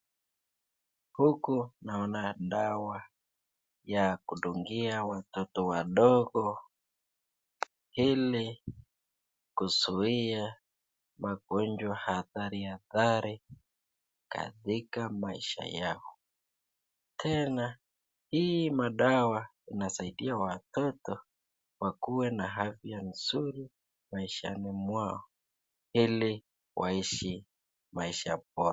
Huku naona dawa ya kudungia watoto wadogo ili kuzuia magonjwa hatari hatari katika maisha yao, tena hii madawa inasaidia watoto wakuwe na afya nzuri maishani mwao ili waishi maisha poa.